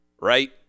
right